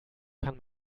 kann